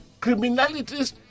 criminalities